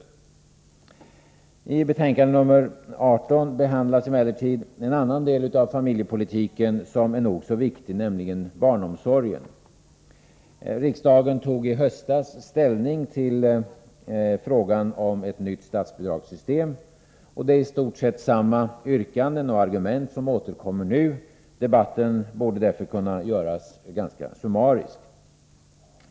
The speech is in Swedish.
I socialutskottets betänkande nr 18 behandlas emellertid en annan del av familjepolitiken som är nog så viktig, nämligen barnomsorgen. Riksdagen tog i höstas ställning till frågan om ett nytt statsbidragssystem, och det är i stort sett samma yrkanden och argument som återkommer nu. Debatten borde därför kunna göras ganska summarisk.